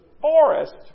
forest